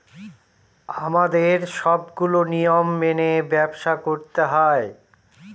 আমাদের সবগুলো নিয়ম মেনে ব্যবসা করতে হয়